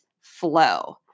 flow